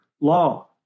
law